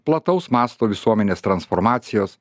plataus masto visuomenės transformacijos